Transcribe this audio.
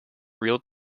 real